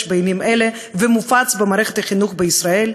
בימים אלה ומופץ במערכת החינוך בישראל.